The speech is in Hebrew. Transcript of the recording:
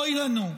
אוי לנו,